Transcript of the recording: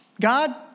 God